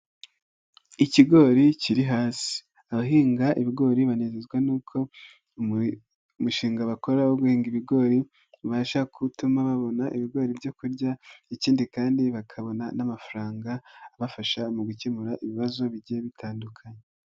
Ikigori kiri has, abahinga ibigori banezezwa n'uko umushinga bakora wo guhinga ibigori ibasha gutuma babona ibigori byo kurya ikindi kandi bakabona n'amafaranga abafasha mu gukemura ibibazo bijye bitandukanye.